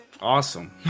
Awesome